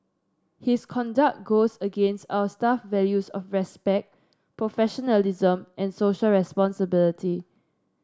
his conduct goes against our staff values of respect professionalism and Social Responsibility